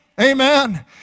Amen